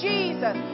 Jesus